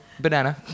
Banana